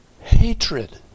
hatred